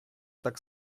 так